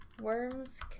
Worms